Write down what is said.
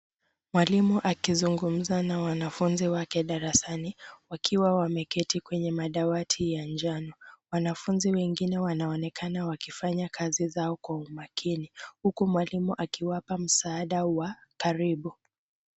Mwalimu akizungumza na wanafunzi wake darasani wakiwa wameketi kwenye madawati ya njano. Wanafunzi wengine wanaonekana wakifanya kazi zao kwa umakini huku mwalimu akiwapa msaada wa karibu.